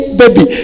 baby